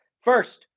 First